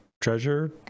treasure